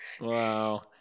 Wow